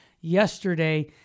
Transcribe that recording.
yesterday